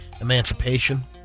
Emancipation